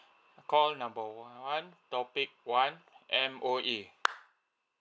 call number one topic one M_O_E